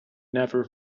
never